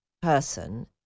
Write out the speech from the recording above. person